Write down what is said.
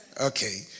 Okay